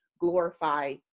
glorify